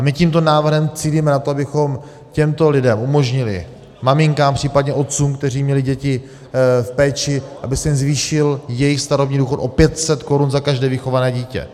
My tímto návrhem cílíme na to, abychom těmto lidem umožnili, maminkám, případně otcům, kteří měli děti v péči, aby se jim zvýšil jejich starobní důchod o 500 korun za každé vychované dítě.